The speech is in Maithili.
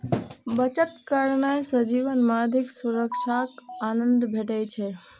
बचत करने सं जीवन मे अधिक सुरक्षाक आनंद भेटै छै